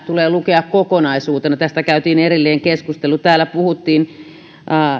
tulee lukea kokonaisuutena tästä käytiin erillinen keskustelu täällä puhuttiin